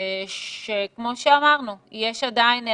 כמו שאמרנו, יש עדיין אנשים,